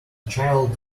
child